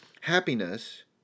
happiness